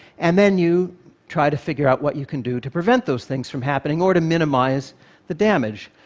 and then you try to figure out what you can do to prevent those things from happening, or to minimize the damage.